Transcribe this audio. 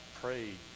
prayed